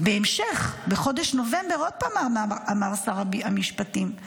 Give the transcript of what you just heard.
בהמשך, בחודש נובמבר, עוד פעם אמר שר המשפטים: